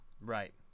right